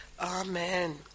Amen